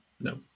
No